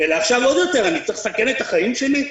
אלא עכשיו עוד יותר אני צריך לסכן את החיים שלי?